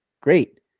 Great